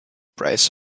press